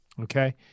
Okay